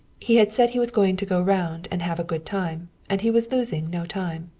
he had said he was going to go round and have a good time, and he was losing no time.